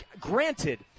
granted